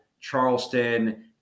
Charleston